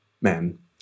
men